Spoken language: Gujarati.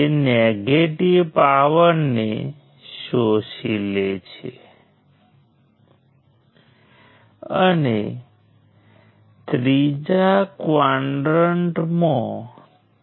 તેથી આ ચાર નોડ્સ છે અને હું બ્રાન્ચીઝ 1 6 અને 7 લઈશ